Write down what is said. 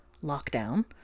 lockdown